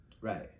Right